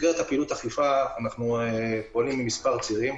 במסגרת פעילות האכיפה אנחנו פועלים במספר צירים.